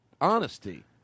honesty